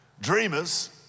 Dreamers